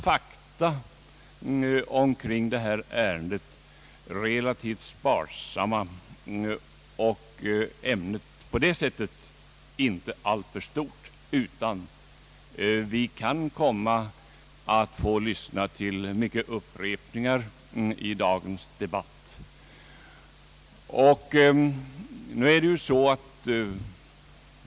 Fakta omkring detta ärende är relativt sparsamma, och ämnet är inte av så stort omfång, så vi kan få lyssna till många upprepningar i dagens debatt.